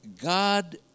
God